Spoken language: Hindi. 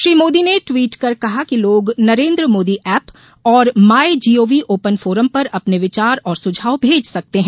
श्री मोदी ने ट्वीट कर कहा कि लोग नरेन्द मोदी ऐप और माय जीओवी ओपन फोरम पर अपने विचार और सुझाव भेज सकते हैं